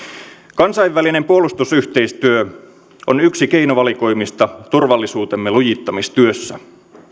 kansainvälinen puolustusyhteistyö on yksi keinovalikoimista turvallisuutemme lujittamistyössä